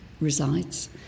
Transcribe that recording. resides